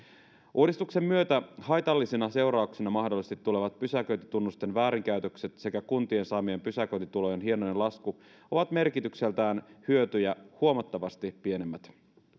uudistuksen myötä haitallisena seurauksena mahdollisesti tulevat pysäköintitunnusten väärinkäytökset sekä kuntien saamien pysäköintitulojen hienoinen lasku ovat merkitykseltään hyötyjä huomattavasti pienemmät